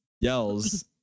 yells